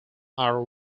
are